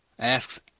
Asks